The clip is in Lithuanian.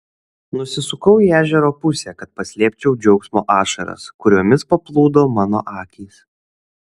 nusisukau į ežero pusę kad paslėpčiau džiaugsmo ašaras kuriomis paplūdo mano akys